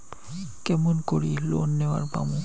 কেমন করি লোন নেওয়ার পামু?